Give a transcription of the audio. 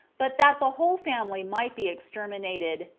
but that the whole family might be exterminated,